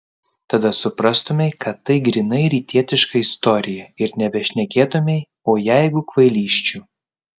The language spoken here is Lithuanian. tada suprastumei kad tai grynai rytietiška istorija ir nebešnekėtumei o jeigu kvailysčių